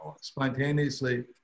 spontaneously